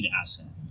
asset